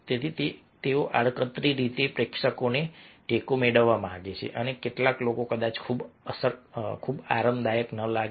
તેથી તેઓ આડકતરી રીતે પ્રેક્ષકોનો ટેકો મેળવવા માંગે છે અને કેટલાક લોકો કદાચ ખૂબ આરામદાયક ન લાગે